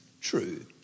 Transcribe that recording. true